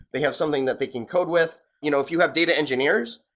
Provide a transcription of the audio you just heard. they have something that they can code with. you know if you have data engineers,